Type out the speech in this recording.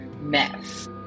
mess